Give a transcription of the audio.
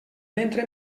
ventre